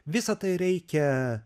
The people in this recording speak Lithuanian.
visa tai reikia